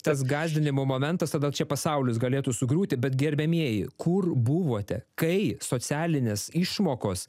tas gąsdinimo momentas tada čia pasaulis galėtų sugriūti bet gerbiamieji kur buvote kai socialinės išmokos